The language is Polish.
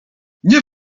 nie